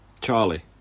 Charlie